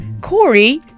Corey